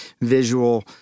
visual